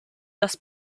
dass